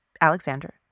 Alexander